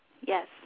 Yes